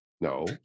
No